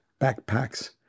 backpacks